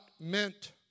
meant